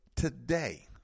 Today